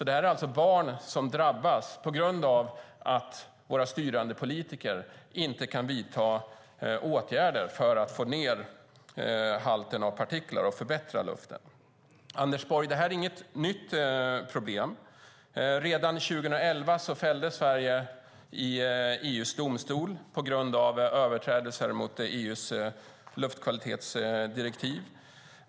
Det är barn som drabbas på grund av att våra styrande politiker inte kan vidta åtgärder för att få ned halten av partiklar och förbättra luften. Anders Borg! Detta är inget nytt problem. Redan 2011 fälldes Sverige i EU:s domstol på grund av överträdelser mot EU:s luftkvalitetsdirektiv.